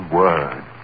word